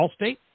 Allstate